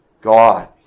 God